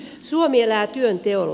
suomi elää työnteolla